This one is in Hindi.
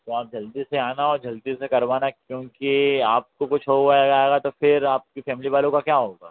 तो आप जल्दी से आना और जल्दी से करवाना क्योंकि आपको कुछ हो जाएगा तो फिर आपकी फैमिली वालों का क्या होगा